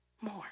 more